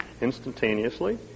instantaneously